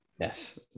Yes